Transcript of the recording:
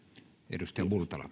arvoisa